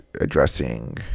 addressing